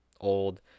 old